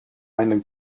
einen